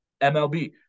MLB